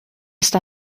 ist